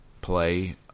play